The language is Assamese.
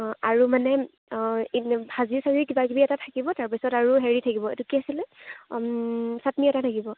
অঁ আৰু মানে অঁ এনেই ভাজি চাজি কিবাকিবি এটা থাকিব তাৰপিছত আৰু হেৰি থাকিব এইটো কি আছিলে চাটনি এটা থাকিব